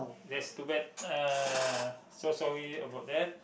that's too bad uh so sorry about that